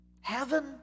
heaven